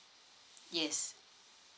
yes